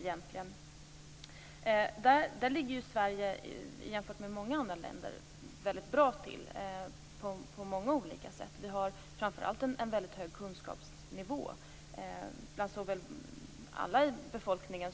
egentligen innehåller. Här ligger Sverige jämfört med många andra länder väldigt bra till på många olika sätt. Vi har framför allt en väldigt hög kunskapsnivå bland alla i befolkningen.